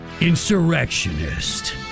Insurrectionist